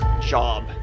job